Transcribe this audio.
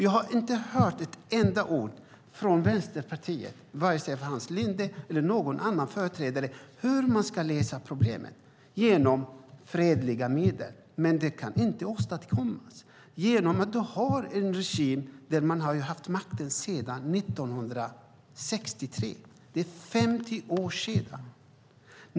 Jag har inte hört ett enda ord från Vänsterpartiet, vare sig från Hans Linde eller från någon annan företrädare, om hur man ska lösa problemen genom fredliga medel. Det kan inte åstadkommas genom att du har en regim som har haft makten sedan 1963. Det är 50 år sedan.